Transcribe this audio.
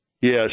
Yes